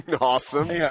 Awesome